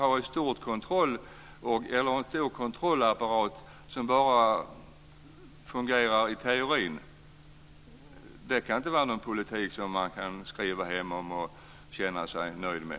Att ha en stor kontrollapparat som bara fungerar i teorin kan inte vara en politik som man kan skriva hem om och känna sig nöjd med.